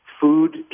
food